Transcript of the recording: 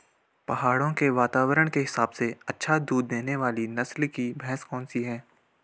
पहाड़ों के वातावरण के हिसाब से अच्छा दूध देने वाली नस्ल की भैंस कौन सी हैं?